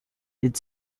did